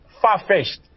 far-fetched